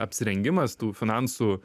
apsirengimas tų finansų